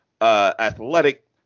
Athletic